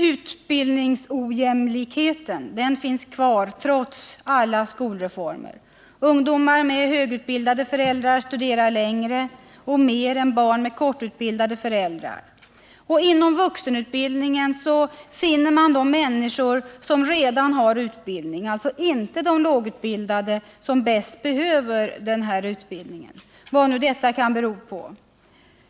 Utbildningsojämlikheten finns kvar trots alla skolreformer. Ungdomar med högutbildade föräldrar studerar längre och mer än barn med kortutbildade föräldrar. Inom vuxenutbildningen finner man de människor som redan har utbildning, alltså inte de lågutbildade som bäst behöver denna utbildning, vad nu detta kan bero på.